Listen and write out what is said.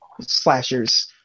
Slashers